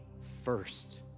first